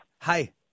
Hi